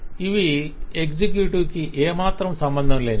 ఇవి ఎగ్జిక్యూటివ్ కి ఏ మాత్రం సంబంధం లేనివి